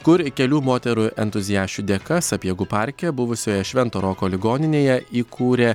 kur kelių moterų entuziasčių dėka sapiegų parke buvusioje švento roko ligoninėje įkūrė